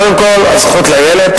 קודם כול הזכות לילד,